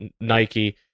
Nike